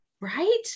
Right